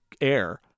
Air